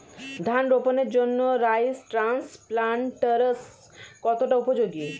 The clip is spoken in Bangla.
ধান রোপণের জন্য রাইস ট্রান্সপ্লান্টারস্ কতটা উপযোগী?